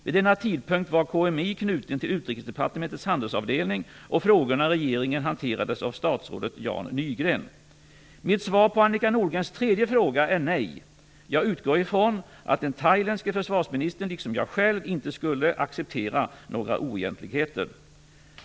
Vid denna tidpunkt var Mitt svar på Annika Nordgrens tredje fråga är nej. Jag utgår ifrån att den thailändske försvarsministern liksom jag själv inte skulle acceptera några oegentligheter.